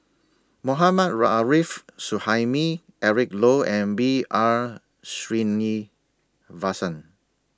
Mohammad Ra Arif Suhaimi Eric Low and B R Sreenivasan